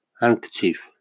handkerchief